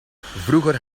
vroeger